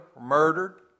murdered